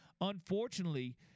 unfortunately